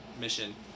mission